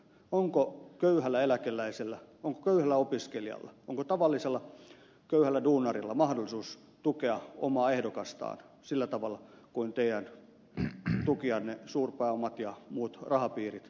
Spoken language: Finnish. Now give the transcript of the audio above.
onko köyhällä eläkeläisellä onko köyhällä opiskelijalla onko tavallisella köyhällä duunarilla mahdollisuus tukea omaa ehdokastaan sillä tavalla kuin teidän tukijanne suurpääomat ja muut rahapiirit tukevat